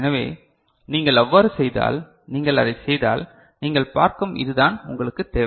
எனவே நீங்கள் அவ்வாறு செய்தால் நீங்கள் அதைச் செய்தால் நீங்கள் பார்க்கும் இதுதான் உங்களுக்கு தேவை